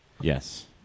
Yes